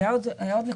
היו עוד נקודות?